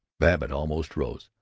babbitt almost rose.